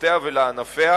לתקופותיה ולענפיה,